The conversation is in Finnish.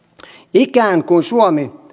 ikään kuin suomi